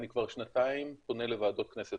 אני כבר שנתיים פונה לוועדות כנסת,